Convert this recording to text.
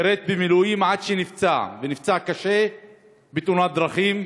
שירת במילואים עד שנפצע, ונפצע קשה בתאונת דרכים.